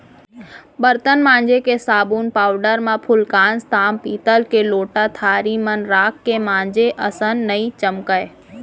बरतन मांजे के साबुन पाउडर म फूलकांस, ताम पीतल के लोटा थारी मन राख के मांजे असन नइ चमकय